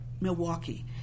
Milwaukee